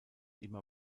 immer